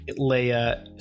Leia